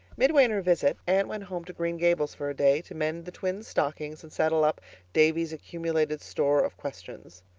midway in her visit anne went home to green gables for a day to mend the twins' stockings and settle up davy's accumulated store of questions.